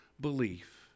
belief